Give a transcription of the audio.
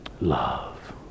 love